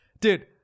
dude